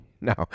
No